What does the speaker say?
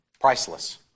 Priceless